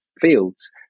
fields